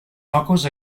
focus